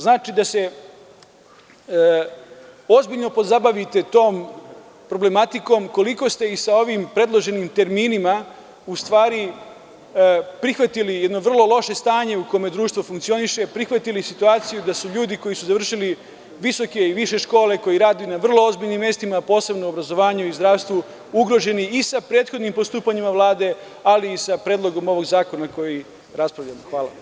Znači, da se ozbiljno pozabavite tom problematikom, koliko ste sa ovim predloženim terminima prihvatili jedno loše stanje u kome društvo funkcioniše, prihvatili situaciju da ljudi koji su završili visoke i više škole, koji rade na vrlo ozbiljnim mestima, posebno u obrazovanju i zdravstvu, ugroženi i sa prethodnim postupanjima Vlade, ali i sa ovim predlogom zakona o kome raspravljamo.